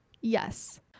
Yes